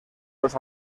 los